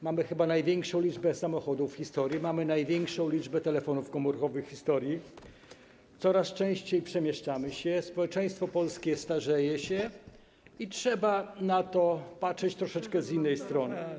Mamy chyba największą liczbę samochodów w historii, mamy największą liczbę telefonów komórkowych w historii, coraz częściej przemieszczamy się, społeczeństwo polskie starzeje się i trzeba na to patrzeć z troszeczkę innej strony.